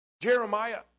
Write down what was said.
Jeremiah